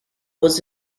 was